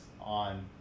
on